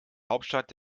hauptstadt